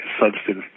substance